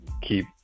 keep